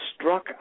struck